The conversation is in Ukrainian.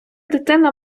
дитина